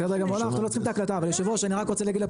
בסדר גמור, אנחנו לא צריכים את ההקלטה.